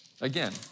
Again